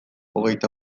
hogeita